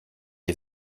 est